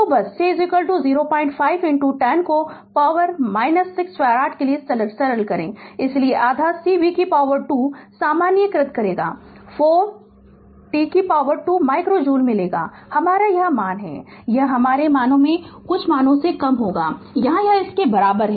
Refer Slide Time 0413 तो बस C 05 10 को पावर - 6 फैराड के लिए सरल करें इसलिए आधा C v 2 सामान्यिक्र्त करेगा 4t2 माइक्रो जूल मिलेगा हमारा यह मान हमारा है यह हमारे कुछ मानो से कम होगा यहाँ यह इसके बराबर है